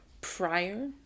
prior